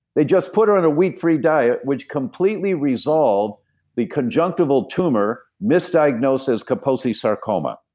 they just put her in a wheat free diet, which completely resolve the conjunctival tumor misdiagnosed as kaposi sarcoma.